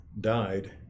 died